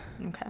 Okay